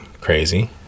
crazy